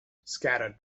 scattered